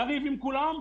נריב עם כולם,